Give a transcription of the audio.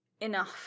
Enough